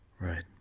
Right